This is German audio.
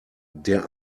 der